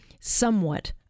somewhat